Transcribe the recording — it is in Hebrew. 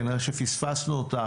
כנראה פספסנו אותך,